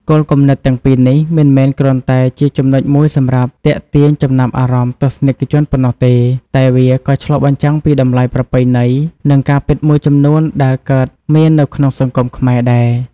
គោលគំនិតទាំងពីរនេះ មិនមែនគ្រាន់តែជាចំណុចមួយសម្រាប់ទាក់ទាញចំណាប់អារម្មណ៍ទស្សនិកជនប៉ុណ្ណោះទេ តែវាក៏ឆ្លុះបញ្ចាំងពីតម្លៃប្រពៃណី និងការពិតមួយចំនួនដែលកើតមាននៅក្នុងសង្គមខ្មែរដែរ។